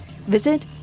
visit